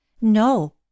No